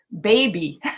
baby